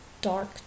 dark